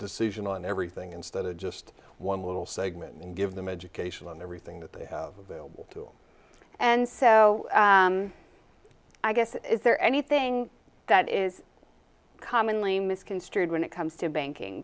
decision on everything instead of just one little segment and give them education on everything that they have available to and so i guess is there anything that is commonly misconstrued when it comes to banking